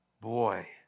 boy